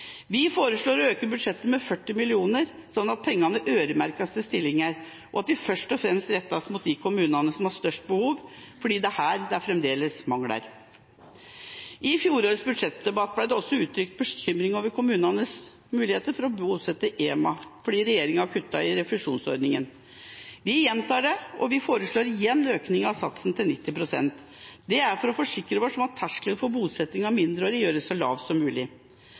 Vi foreslår å øke budsjettet med 40 mill. kr, slik at pengene øremerkes til stillinger, og at de først og fremst rettes mot de kommunene som har størst behov, fordi her er det fremdeles mangler. I fjorårets budsjettdebatt ble det også uttrykt bekymring over kommunenes muligheter til å bosette enslige mindreårige asylsøkere – EMA – fordi regjeringa kuttet i refusjonsordningen. Vi gjentar dette, og foreslår igjen en økning av satsen til 90 pst. Det er for å forsikre oss om at terskelen for bosetting av mindreårige gjøres så lav som mulig.